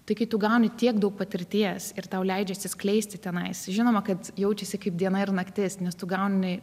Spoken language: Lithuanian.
tai kai tu gauni tiek daug patirties ir tau leidžia išsiskleisti tenais žinoma kad jaučiasi kaip diena ir naktis nes tu gauni